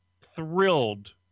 thrilled